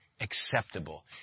acceptable